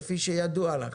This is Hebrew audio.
כפי שידוע לך.